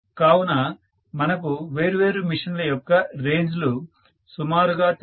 కావున మనకు వేరు వేరు మెషిన్ ల యొక్క రేంజ్ లు సుమారుగా తెలుసు